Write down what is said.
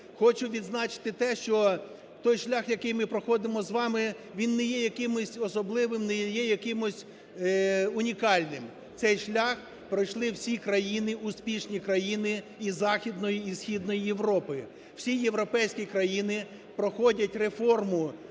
Хочу відзначити те, що той шлях, який ми проходимо з вами він не є якимись особливим і не є якимось унікальним, цей шлях пройшли всі країни, успішні країни, і Західної і Східної Європи. Всі європейські країни проходять реформу